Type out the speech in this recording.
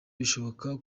bishoboka